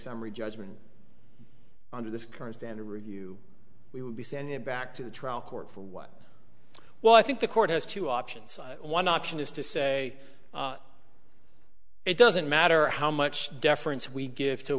summary judgment under this current standard review we would be sending it back to the trial court for what well i think the court has two options one option is to say it doesn't matter how much deference we give to